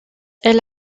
elle